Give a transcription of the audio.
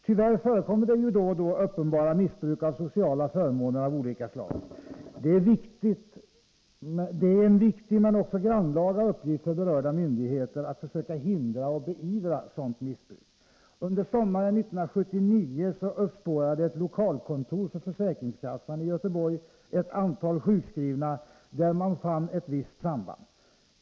Tyvärr förekommer det då och då uppenbara missbruk av sociala förmåner av olika slag. Det är en viktig — men också grannlaga — uppgift för berörda myndigheter att försöka hindra och beivra sådant missbruk. Under sommaren 1979 uppspårade ett lokalkontor för försäkringskassan i Göteborg ett antal sjukskrivna där man fann ett visst samband.